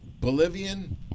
Bolivian